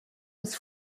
des